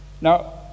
Now